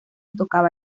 tocaba